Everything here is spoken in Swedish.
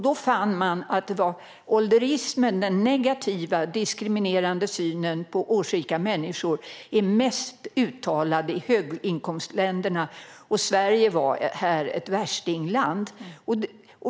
Då fann man att ålderismen, den negativa diskriminerande synen på årsrika människor, är mest uttalad i höginkomstländerna, och Sverige var ett värstingland.